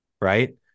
Right